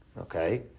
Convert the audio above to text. Okay